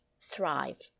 thrive